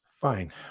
Fine